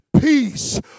peace